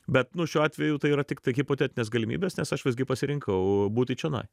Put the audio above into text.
bet nu šiuo atveju tai yra tiktai hipotetinės galimybės nes aš visgi pasirinkau būti čionai